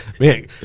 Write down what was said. Man